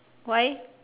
why